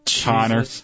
Connor